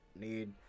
need